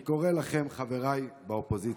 אני קורא לכם, חבריי באופוזיציה: